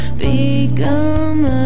become